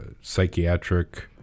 psychiatric